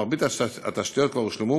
מרבית התשתיות כבר הושלמו.